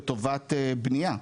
לטובת בנייה,